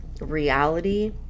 reality